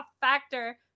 factor